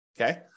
Okay